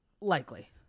Likely